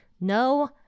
no